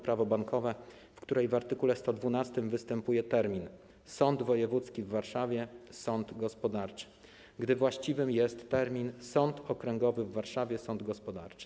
Prawo bankowe, w której w art. 112 występuje termin „sąd wojewódzki w Warszawie, sąd gospodarczy”, podczas gdy właściwym jest termin „sąd okręgowy w Warszawie, sąd gospodarczy”